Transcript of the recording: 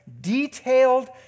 detailed